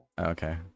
Okay